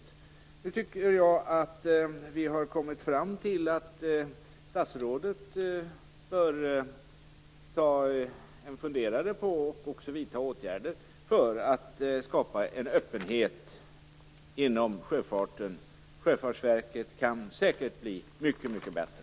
Jag tycker att vi nu har kommit fram till att statsrådet bör ta sig en funderare på åtgärder för att skapa en öppenhet inom sjöfarten. Sjöfartsverket kan säkert bli mycket, mycket bättre.